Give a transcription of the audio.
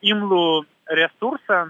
imlų resursą